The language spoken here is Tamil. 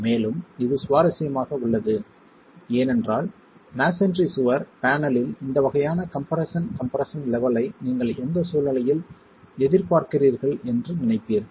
மேலும் இது சுவாரஸ்யமாக உள்ளது ஏனென்றால் மஸோன்றி சுவர் பேனலில் இந்த வகையான கம்ப்ரெஸ்ஸன் கம்ப்ரெஸ்ஸன் லெவல்யை நீங்கள் எந்த சூழ்நிலையில் எதிர்பார்க்கிறீர்கள் என்று நினைப்பீர்கள்